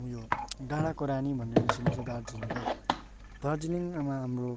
उयो डाँडाको रानी भनेर चिनिन्छ दार्जिलिङलाई दार्जिलिङमा हाम्रो